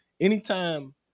anytime